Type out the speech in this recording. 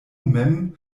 mem